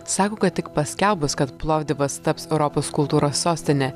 sako kad tik paskelbus kad plovdivas taps europos kultūros sostine